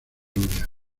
lluvias